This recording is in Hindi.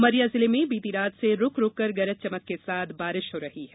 उमरिया जिले में बीती रात से रूकरूक कर गरज चमक के साथ बारिश हो रही है